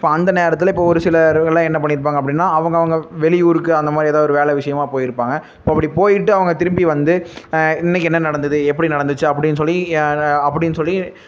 இப்போ அந்த நேரத்தில் இப்போது ஒரு சிலர்கள்லாம் என்ன பண்ணியிருப்பாங்க அப்படின்னா அவங்கவுங்க வெளியூருக்கு அந்த மாதிரி எதா ஒரு வேலை விஷயமா போய்ருப்பாங்க இப்போ அப்படி போய்ட்டு அவங்க திரும்பி வந்து இன்னைக்கி என்ன நடந்தது எப்படி நடந்துச்சா அப்படின்னு சொல்லி யார் அப்படின்னு சொல்லி